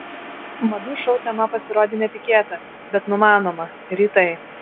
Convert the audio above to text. madų šou tema pasirodė netikėta bet numanoma rytai